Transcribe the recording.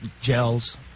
Gels